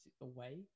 away